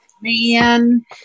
man